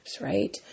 right